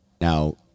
Now